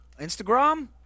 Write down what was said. Instagram